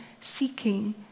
seeking